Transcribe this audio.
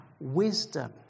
wisdom